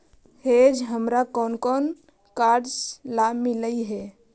hedge हमारा कौन कौन कार्यों ला मिलई हे